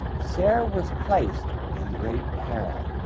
sarah was placed in great peril.